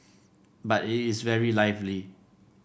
but it is very lively